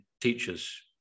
teachers